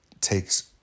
takes